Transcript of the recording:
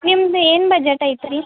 ನಿಮ್ದು ಏನು ಬಜೆಟ್ ಐತೆ ರೀ